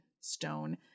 stone